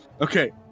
Okay